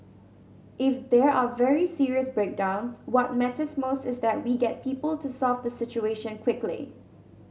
if there are very serious breakdowns what matters most is that we get people to solve the situation quickly